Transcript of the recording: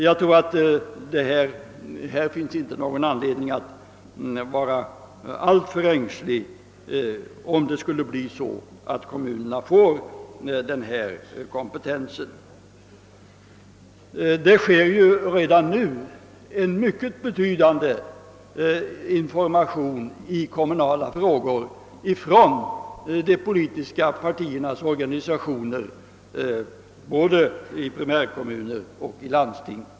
Det finns därför inte någon anledning att vara alltför ängslig, om kommunerna skulle få denna kompetens. De politiska partiernas organisationer lämnar redan nu mycket betydande information i kommunala frågor såväl i primärkommuner som i landsting.